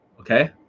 Okay